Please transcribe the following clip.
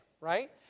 right